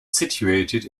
situated